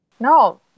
No